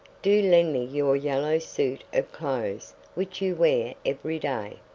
do lend me your yellow suit of clothes which you wear every day. ay,